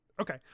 Okay